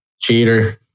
Cheater